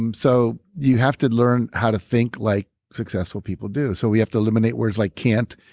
um so, you have to learn how to think like successful people do. so we have to eliminate words like can't,